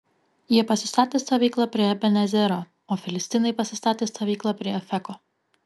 jie pasistatė stovyklą prie eben ezero o filistinai pasistatė stovyklą prie afeko